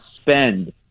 spend